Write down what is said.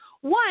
one